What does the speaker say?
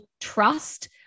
trust